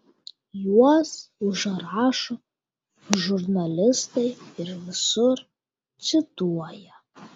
juos užrašo žurnalistai ir visur cituoja